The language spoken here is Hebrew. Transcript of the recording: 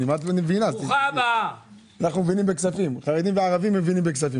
בהתייעצות עם הרשות ובאישור ועדת הכספים של הכנסת,